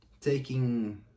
taking